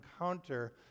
encounter